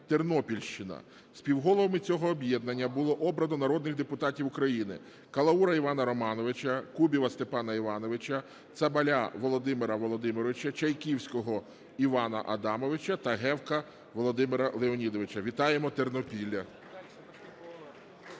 "Тернопільщина". Співголовами цього об'єднання було обрано народних депутатів України: Калаура Івана Романовича, Кубіва Степана Івановича, Цабаля Володимира Володимировича, Чайківського Івана Адамовича та Гевка Володимира Леонідовича. Вітаємо Тернопілля.